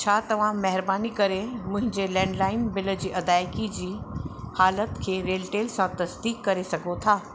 छा तव्हां महिरबानी करे मुंहिंजे लैंडलाइन बिल जी अदाइगी जी हालति खे रेलटेल सां तसदीक करे सघो था